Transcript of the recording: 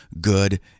good